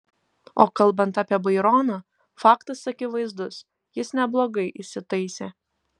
o kalbant apie baironą faktas akivaizdus jis neblogai įsitaisė